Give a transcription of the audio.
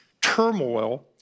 turmoil